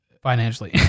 Financially